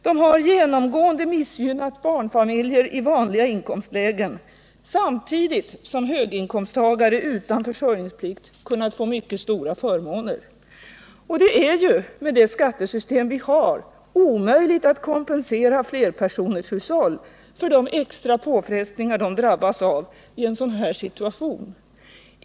De har genomgående missgynnat barnfamiljer i vanliga inkomstlägen samtidigt som höginkomsttagare utan försörjningsplikt fått mycket stora förmåner. Det är med det skattesystem vi har omöjligt att kompensera flerpersonershushåll för de extra påfrestningar de drabbats av i en sådan här situation.